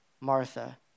Martha